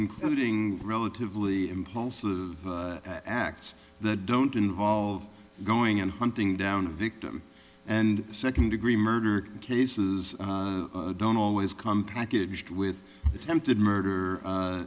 including relatively impulsive acts that don't involve going in hunting down a victim and second degree murder cases don't always come packaged with attempted murder